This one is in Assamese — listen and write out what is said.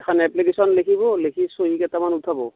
এখন এপ্লিকেশ্যন লিখিব লিখি চহী কেইটামান উঠাব